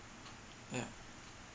yup